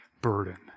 burden